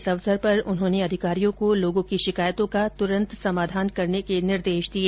इस अवसर पर उन्होंने अधिकारियों को लोगों की शिकायतों का तुरंत समाधान करने के निर्देश दिए